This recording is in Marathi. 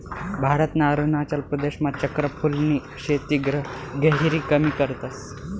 भारतना अरुणाचल प्रदेशमा चक्र फूलनी शेती गहिरी कमी करतस